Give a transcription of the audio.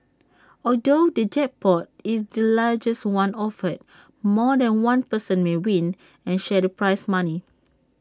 although the jackpot is the largest one offered more than one person may win and share the prize money